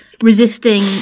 resisting